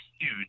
huge